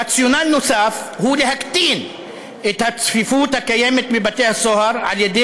רציונל נוסף הוא להקטין את הצפיפות הקיימת בבתי הסוהר על ידי